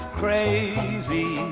crazy